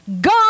God